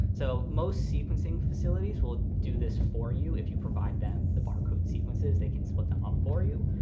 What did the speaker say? so most sequencing facilities will do this for you. if you provide them the barcode sequences, they can split them up for you.